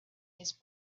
his